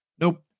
Nope